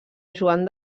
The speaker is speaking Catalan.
joan